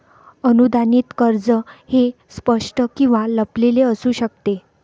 अनुदानित कर्ज हे स्पष्ट किंवा लपलेले असू शकते